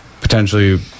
potentially